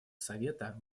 совета